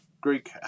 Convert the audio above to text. Greek